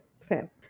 fair